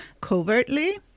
covertly